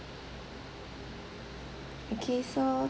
okay so